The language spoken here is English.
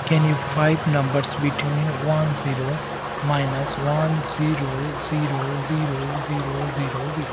can you five numbers between one zero minus one zero zero zero zero zero zero